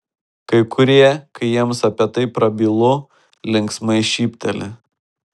kai kurie kai jiems apie tai prabylu linksmai šypteli